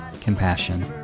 compassion